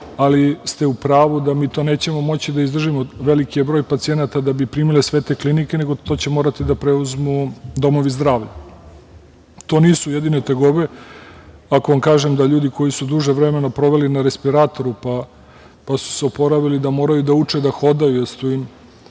ali ste u pravu da mi to nećemo moći da izdržimo, veliki je broj pacijenata da bi primile sve te klinike, nego će to morati da preuzmu domovi zdravlja. To nisu jedine tegobe. Ako vam kažem da ljudi koji su duže vremena proveli na respiratoru, pa su se oporavili, da moraju da uče da hodaju jer su im